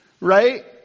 Right